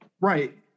Right